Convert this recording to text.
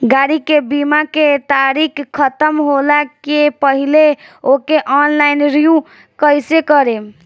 गाड़ी के बीमा के तारीक ख़तम होला के पहिले ओके ऑनलाइन रिन्यू कईसे करेम?